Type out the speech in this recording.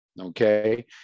Okay